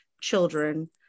children